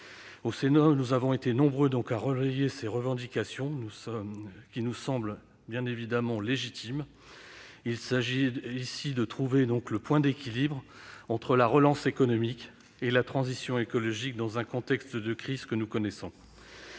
Au Sénat, nous avons été nombreux à relayer ces revendications, qui nous semblent légitimes. Il s'agit ici de trouver le juste point d'équilibre entre relance économique et transition écologique, dans la situation dégradée que nous connaissons.